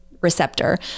receptor